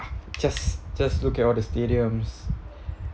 just just look at all the stadiums